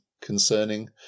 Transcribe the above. concerning